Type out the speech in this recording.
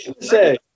say